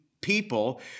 people